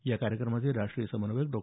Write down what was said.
या कार्यक्रमाचे राष्ट्रीय समन्वयक डॉ